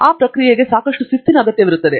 ಆ ಪ್ರಕ್ರಿಯೆಗೆ ಸಾಕಷ್ಟು ಶಿಸ್ತಿನ ಅಗತ್ಯವಿರುತ್ತದೆ